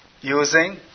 using